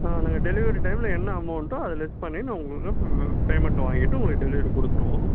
நாங்கள் டெலிவரி டைமில் என்ன அமௌண்ட்டோ அதை லெஸ் பண்ணி நான் உங்களுக்கு பேமெண்ட் வாங்கிட்டு உங்களுக்கு டெலிவரி கொடுத்துருவோம்